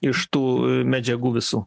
iš tų medžiagų visų